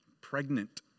pregnant